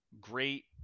great